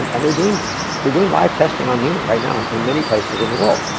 and and they're doing they're doing live testing on human right now, and in many places in the world.